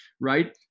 right